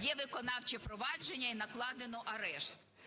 є виконавче провадження і накладено арешт.